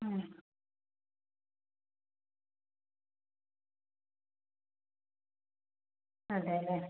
മ് അതെയല്ലേ